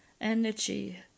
energy